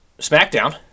SmackDown